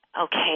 okay